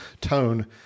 tone